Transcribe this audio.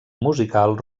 musical